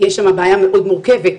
שם בעיה מאוד מורכבת,